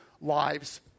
lives